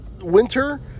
winter